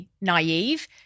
naive